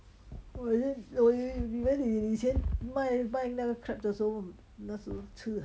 你以前卖卖那个 crab 的时侯那时侯